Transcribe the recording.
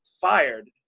fired